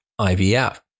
IVF